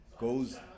goes